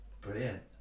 brilliant